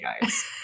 guys